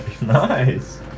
Nice